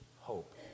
hope